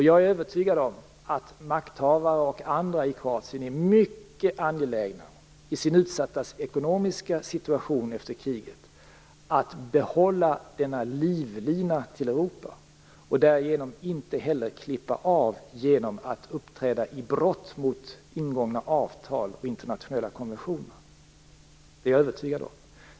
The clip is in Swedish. Jag är övertygad om att makthavare och andra i Kroatien är mycket angelägna i sin utsatta ekonomiska situation efter kriget att behålla denna livlina till Europa och att inte klippa av den genom att uppträda mot ingångna avtal och internationella konventioner. Det är jag övertygad om.